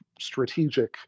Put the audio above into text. strategic